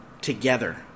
together